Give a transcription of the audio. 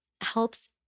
helps